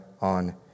on